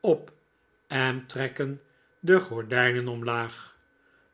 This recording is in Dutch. op en trekken de gordijnen omlaag